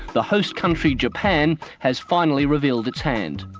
the host country, japan, has finally revealed its hand.